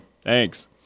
thanks